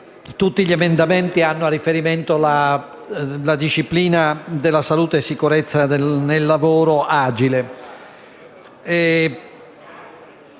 tutti gli emendamenti hanno a riferimento la disciplina della salute e della sicurezza del lavoro agile.